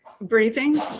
breathing